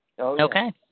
Okay